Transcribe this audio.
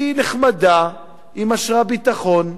היא נחמדה, היא משרה ביטחון,